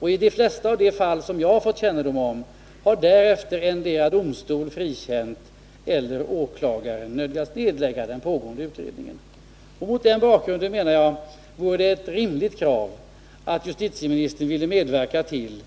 I de flesta av de fall som jag fått kännedom om har därefter endera domstolen frikänt eller åklagaren nödgats nedlägga pågående utredning. Mot den bakgrunden anser jag att det är ett rimligt krav att justitieministern medverkar till